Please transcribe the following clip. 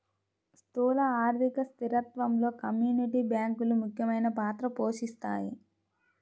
స్థూల ఆర్థిక స్థిరత్వంలో కమ్యూనిటీ బ్యాంకులు ముఖ్యమైన పాత్ర పోషిస్తాయి